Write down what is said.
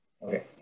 Okay